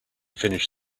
finish